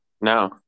No